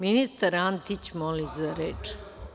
Ministar Antić, moli za reč.